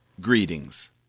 Greetings